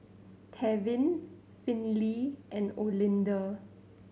Tevin Finley and Olinda